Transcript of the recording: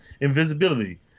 invisibility